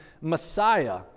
Messiah